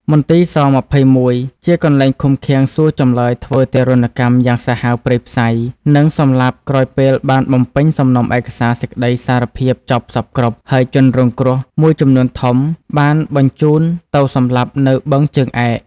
មន្ទីរ ស.២១ ជាកន្លែងឃុំឃាំងសួរចម្លើយធ្វើទារុណកម្មយ៉ាងសាហាវព្រៃផ្សៃ និងសម្លាប់ក្រោយពេលបានបំពេញ សំណុំឯកសារសេចក្ដីសារភាពចប់សព្វគ្រប់ ហើយជនរងគ្រោះមួយចំនួនធំ បានបញ្ជូនទៅសម្លាប់នៅបឹងជើងឯក។